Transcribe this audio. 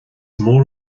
mór